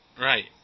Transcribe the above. Right